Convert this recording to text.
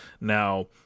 Now